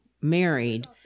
married